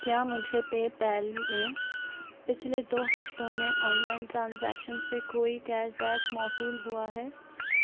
کیا مجھے PayPal میں پچھلے دو ہفتوں میں آنلائن ٹرانزیکشن سے کوئی کیش بیک موصول ہوا ہے